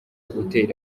utera